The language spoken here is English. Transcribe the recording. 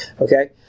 okay